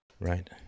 Right